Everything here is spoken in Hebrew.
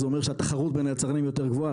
זה אומר שהתחרות בין היצרנים יותר גבוהה,